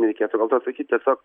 nereikėtų dėl to sakyt tiesiog